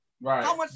Right